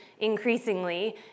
increasingly